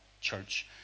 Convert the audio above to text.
church